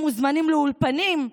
הם מוזמנים לאולפנים,